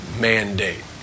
mandate